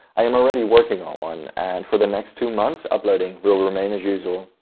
i am already working on one, and for the next two months uploading will remain, as usual,